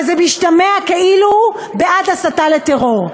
אבל משתמע כאילו הוא בעד הסתה לטרור.